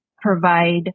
provide